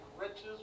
riches